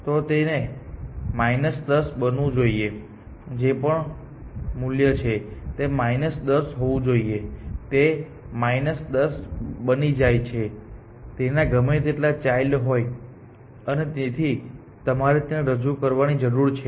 તો તે 10 બનવું જોઈએ જે પણ મૂલ્ય છે તે માઇનસ ૧૦ હોવું જોઈએ તે 10 બની જાય છે તેના ગમે તેટલા ચાઈલ્ડ હોય અને તેથી તમારે તેને રજૂ કરવાની જરૂર છે